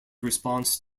response